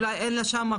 אולי שם אין לה מקום,